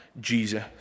Jesus